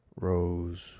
Rose